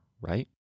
right